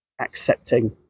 accepting